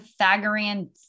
Pythagorean